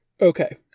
Okay